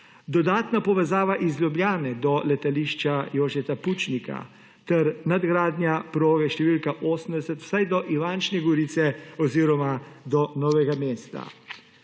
Dodatna povezava iz Ljubljane do letališča Jožeta Pučnika ter nadgradnja proge številke 80 vsaj do Ivančne Gorice oziroma do Novega mesta.